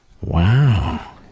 Wow